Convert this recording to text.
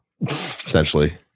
essentially